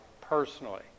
personally